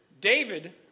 David